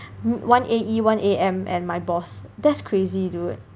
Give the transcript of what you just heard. one A_E one A_M and my boss that's crazy dude